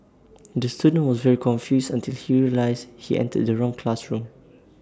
the student was very confused until he realised he entered the wrong classroom